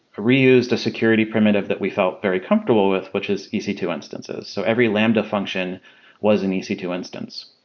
reuse the security primitive that we felt very comfortable with, which is e c two instances. so every lambda function was an e c two instance.